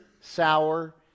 sour